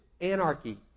Anarchy